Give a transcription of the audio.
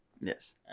Yes